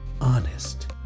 honest